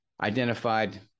identified